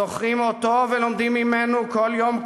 זוכרים אותו ולומדים ממנו כל יום,